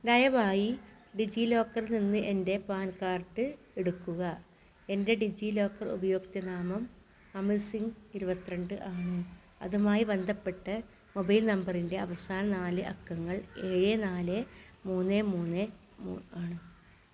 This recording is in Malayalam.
ദയവായി ഡിജി ലോക്കറിൽ നിന്ന് എൻ്റെ പാൻ കാർഡ് എടുക്കുക എൻ്റെ ഡിജി ലോക്കർ ഉപയോക്തൃനാമം അമിത്സിംഗ് ഇരുപത്തിരണ്ട് ആണ് അതുമായി ബന്ധപ്പെട്ട മൊബൈൽ നമ്പറിൻ്റെ അവസാന നാല് അക്കങ്ങൾ ഏഴ് നാല് മൂന്ന് മുന്ന് ആണ്